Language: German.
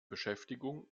beschäftigung